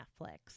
Netflix